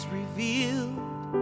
revealed